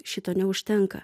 šito neužtenka